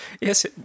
Yes